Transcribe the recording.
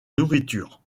nourriture